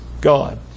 God